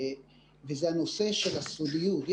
זה הנושא של הסודיות.